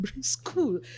school